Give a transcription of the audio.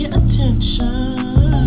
attention